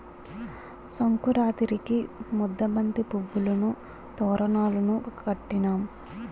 సంకురాతిరికి ముద్దబంతి పువ్వులును తోరణాలును కట్టినాం